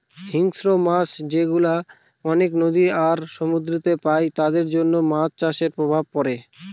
হিংস্র মাছ যেগুলা অনেক নদী আর সমুদ্রেতে পাই তাদের জন্য মাছ চাষের প্রভাব পড়ে